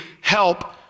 help